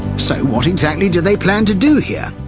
so what exactly do they plan to do here?